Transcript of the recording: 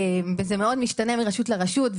זה מאוד משתנה מרשות לרשות.